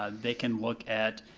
ah they can look at,